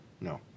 No